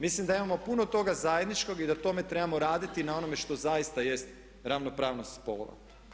Mislim da imamo puno toga zajedničkog i da na tome trebamo raditi i na onome što zaista jest ravnopravnost spolova.